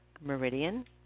meridian